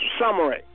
summary